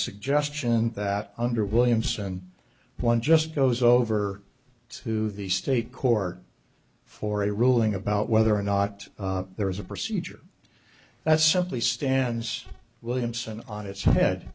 suggestion that under williamson one just goes over to the state court for a ruling about whether or not there was a procedure that's simply stands williamson on its head